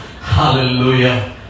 Hallelujah